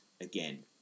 again